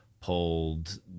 pulled